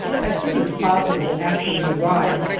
as soon as possible after we arrived,